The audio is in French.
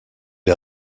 est